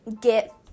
get